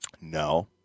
No